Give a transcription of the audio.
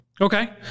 Okay